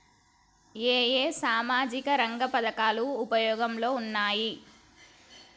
ఏ ఏ సామాజిక రంగ పథకాలు ఉపయోగంలో ఉన్నాయి?